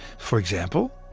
for example,